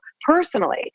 personally